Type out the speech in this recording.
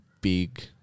big